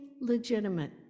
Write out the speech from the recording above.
legitimate